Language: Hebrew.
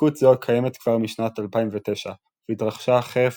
התחזקות זו קיימת כבר משנת 2009 והתרחשה חרף